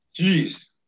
Jeez